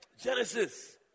Genesis